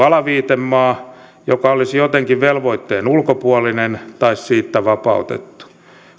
alaviitemaa joka olisi jotenkin velvoitteen ulkopuolinen tai siitä vapautettu